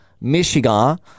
Michigan